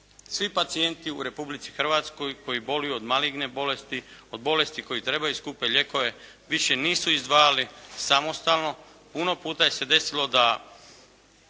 svi pacijenti u Republici Hrvatskoj koji boluju od maligne bolesti, od bolesti koji trebaju skupe lijekove više nisu izdvajali samostalno. Puno puta se desilo da